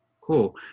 cool